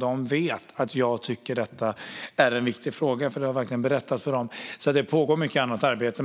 De vet att jag tycker att detta är en viktig fråga, för det har jag verkligen berättat för dem. Det pågår alltså mycket annat arbete.